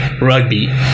rugby